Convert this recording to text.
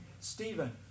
Stephen